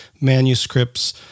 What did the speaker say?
manuscripts